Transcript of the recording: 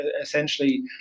essentially